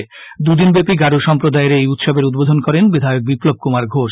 দুদিনব্যাপী গারো সম্প্রদায়ের এই উৎসবের উদ্বোধন করেন বিধায়ক বিপ্লব কুমার ঘোষ